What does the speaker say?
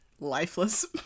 lifeless